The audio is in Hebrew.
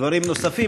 דברים נוספים,